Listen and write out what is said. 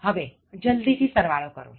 હવે જલ્દીથી સરવાળો કરો